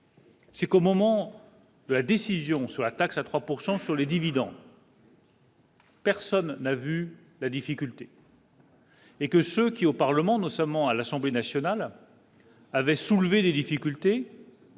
C'est comme au moment de la décision sur la taxe à 3 pourcent sur sur les dividendes. Personne n'a vu la difficulté. Et que ceux qui, au Parlement, notamment à l'Assemblée nationale. Avait soulevé les difficultés.